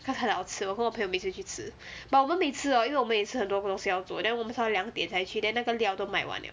cause 很好吃我跟我朋友每次去吃 but 我们每次 hor 因为我们每次有很多东西要做 then 我们才会两点才去 then 那个料都卖完 liao